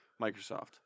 Microsoft